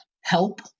help